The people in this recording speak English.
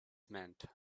meant